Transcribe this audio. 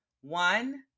One